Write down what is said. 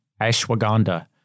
ashwagandha